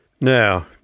Now